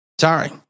Sorry